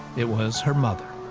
it was her mother.